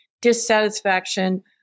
dissatisfaction